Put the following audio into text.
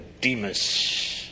Demas